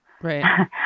Right